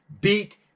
beat